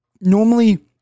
Normally